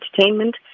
Entertainment